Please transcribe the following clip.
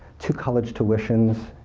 two college tuitions,